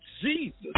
Jesus